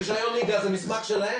רישיון נהיגה זה מסמך שלהם.